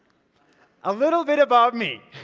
a little bit about me.